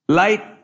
light